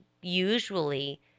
usually